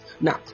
now